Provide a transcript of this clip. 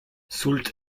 soultz